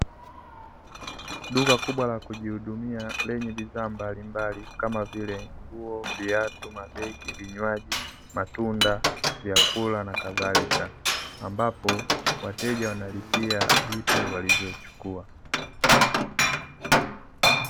Duka kubwa la kujihudumia lenye bidhaa mbalimbali kama vile nguo, viatu mabegi, vinywaji, matunda, vyakula na kadhalika, ambapo wateja wanalipia vitu walivochukua.